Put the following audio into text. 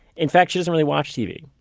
in fact, she doesn't really watch tv.